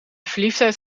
verliefdheid